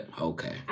okay